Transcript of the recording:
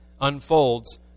unfolds